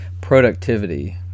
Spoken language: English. productivity